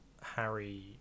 Harry